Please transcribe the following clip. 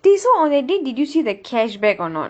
dey so on that day did you see the cashback or not